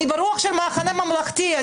אני ברוח של מחנה ממלכתי.